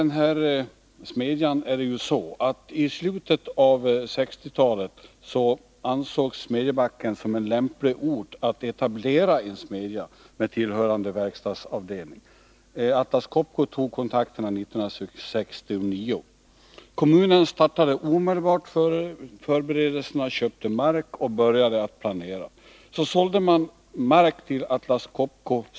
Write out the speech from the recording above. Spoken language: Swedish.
När man i slutet av 1960-talet skulle etablera den här smedjan med tillhörande verkstadsavdelning ansågs Smedjebacken som en lämplig ort. Atlas Copco tog kontakter i ärendet 1969. Kommunen startade omedelbart förberedelserna, köpte mark och började att planera. Man sålde ca 44 000 m?